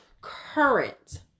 current